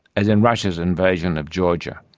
as in russia's invasion of georgia.